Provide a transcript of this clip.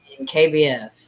KBF